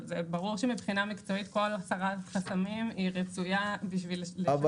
זה ברור שמבחינה מקצועית כל הסרת חסמים היא רצויה בשביל ל --- אבל